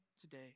today